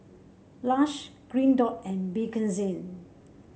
Lush Green Dot and Bakerzin